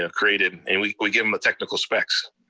you know created. and we we give him the technical specs.